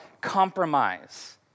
compromise